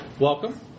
Welcome